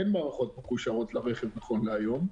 אין מערכות מקושרות לרכב נכון להיום,